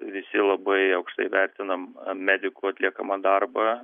visi labai aukštai vertinam medikų atliekamą darbą